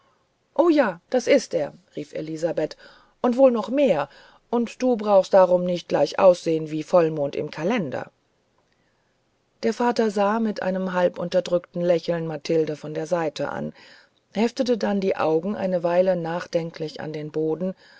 o ja das ist er rief elisabeth und wohl noch mehr und du brauchst darum nicht gleich auszusehen wie vollmond im kalender der vater sah mit einem halb unterdrückten lächeln mathilden von der seite an heftete dann die augen eine weile nachdenklich an den boden